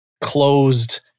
closed